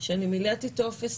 שמילאתי טופס,